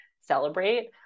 celebrate